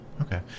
Okay